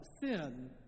sin